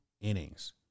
innings